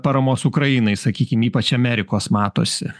paramos ukrainai sakykim ypač amerikos matosi